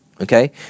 Okay